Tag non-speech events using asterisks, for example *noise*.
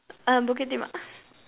uh bukit-Timah *laughs*